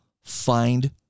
find